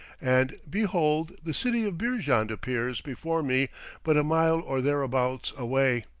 and behold, the city of beerjand appears before me but a mile or thereabouts away,